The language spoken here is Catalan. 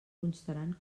constaran